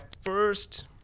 first